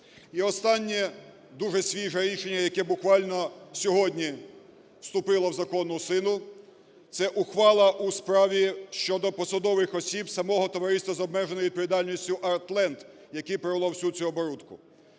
останнє. Дуже свіже рішення, яке буквально сьогодні вступило в законну силу, - це ухвала у справі щодо посадових осіб самого товариства з обмеженою відповідальністю "АРТ ЛЕНД", яке провело всю цю оборудку.